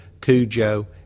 Cujo